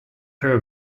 per